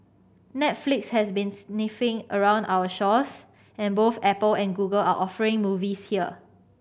Netflix has been sniffing around our shores and both Apple and Google are offering movies here